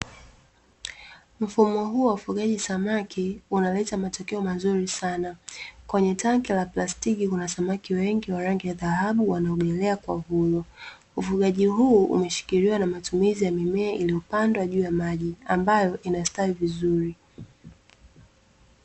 Mfumo huu wa ufugaji samaki unaleta matokeo mazuri sana, kwenye tanki la plastiki kuna samaki wengi wa rangi ya dhahabu wanaogelea kwa uhuru, ufugaji huu umeshikiliwa na matumizi ya mimea iliyopandwa juu ya maji ambayo inastawi vizuri.